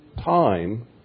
time